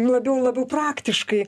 labiau labiau praktiškai